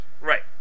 Right